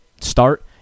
start